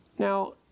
Now